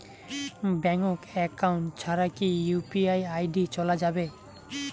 Bank account ছাড়া কি UPI ID চোলা যাবে?